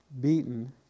beaten